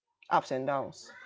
ups and downs